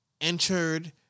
entered